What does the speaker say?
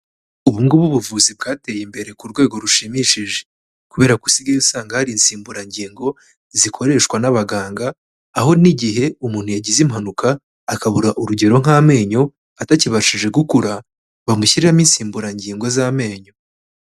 Ubu ngubu ubuvuzi bwateye imbere ku rwego rushimishije, kubera ko usigaye usanga hari insimburangingo zikoreshwa n'abaganga, aho n'igihe umuntu yagize impanuka akabura urugero nk'amenyo atakibashije gukura, bamushyiriramo insimburangingo z'amenyo.